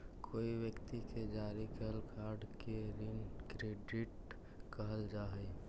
कोई व्यक्ति के जारी कैल कार्ड के ऋण क्रेडिट कहल जा हई